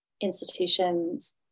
institutions